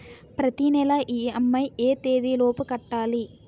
ప్రతినెల ఇ.ఎం.ఐ ఎ తేదీ లోపు కట్టాలి?